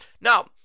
Now